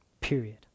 Period